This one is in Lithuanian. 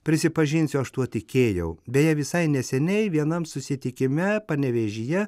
prisipažinsiu aš tuo tikėjau beje visai neseniai vienam susitikime panevėžyje